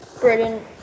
Britain